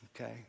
Okay